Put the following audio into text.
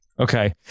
Okay